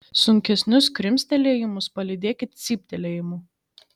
sunkesnius krimstelėjimus palydėkit cyptelėjimu